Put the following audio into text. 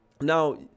now